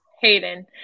Hayden